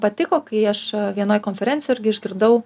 patiko kai aš vienoj konferencijoj irgi išgirdau